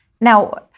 Now